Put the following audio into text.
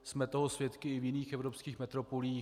Jsme toho svědky i v jiných evropských metropolích.